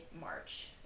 March